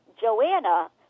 Joanna